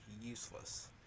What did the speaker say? useless